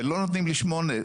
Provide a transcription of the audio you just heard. ולא נותנים לי 8,